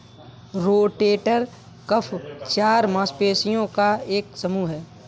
rotator cuff चार मांसपेशियों का एक समूह है